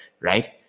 right